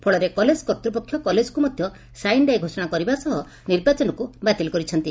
ଫଳରେ କଲେଜ କର୍ତ୍ତୁପକ୍ଷ କଲେଜକୁ ମଧ୍ଧ ସାଇନ୍ ଏ ଡାଏ ଘୋଷଣା କରିବା ସହ ନିର୍ବାଚନକୁ ବାତିଲ କରିଛନ୍ତି